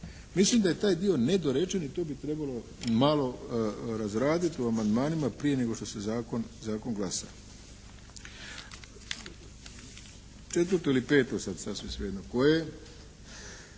Mislim da je taj dio nedorečen i tu bi trebalo malo razraditi u amandmanima prije nego što se zakon glasa. Četvrto ili peto, sada sasvim sve jedno koje,